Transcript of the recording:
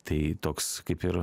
tai toks kaip ir